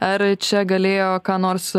ar čia galėjo ką nors